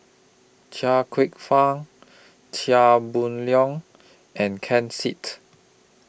Chia Kwek Fah Chia Boon Leong and Ken Seet